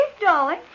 darling